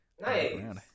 Nice